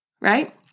Right